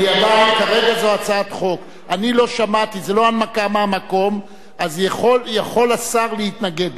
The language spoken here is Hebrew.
אני גם רוצה לומר לך שחבר הכנסת דב חנין כבר ביקש להתנגד